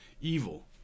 evil